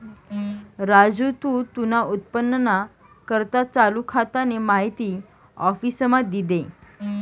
राजू तू तुना उत्पन्नना करता चालू खातानी माहिती आफिसमा दी दे